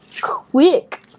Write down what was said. quick